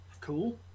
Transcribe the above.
Cool